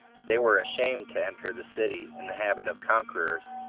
they were ashamed to enter the city in the habit of conquerors,